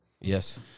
Yes